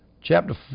Chapter